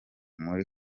muri